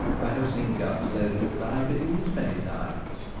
i have seen guns loaded with ivy leaves many times.